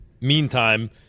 meantime